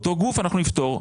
אותו גוף אנחנו נפטור.